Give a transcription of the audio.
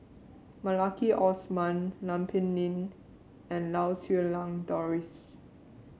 Maliki Osman Lam Pin Min and Lau Siew Lang Doris